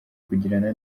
kugirana